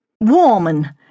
woman